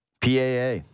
PAA